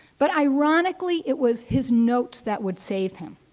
but ironically, it was his notes that would save him.